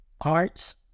arts